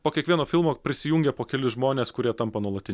po kiekvieno filmo prisijungia po kelis žmones kurie tampa nuolatine